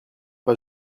pas